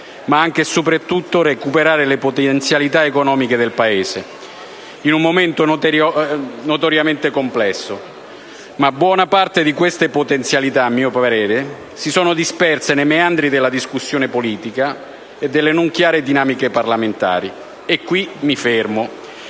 ma anche e soprattutto a recuperare le potenzialità economiche del Paese, in un momento notoriamente complesso, ma buona parte di queste potenzialità, a mio parere, si sono disperse nei meandri della discussione politica e delle non chiare dinamiche parlamentari. E qui mi fermo,